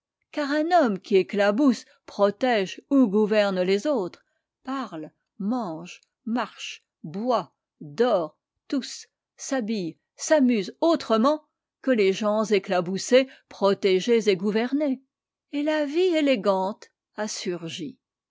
car un homme qui éclabousse protège ou gouverne les autres parle mange marche boit dort tousse s'habille s'amuse autrement que les gens éclaboussés protégés et gouvernés et la vie élégante a surgi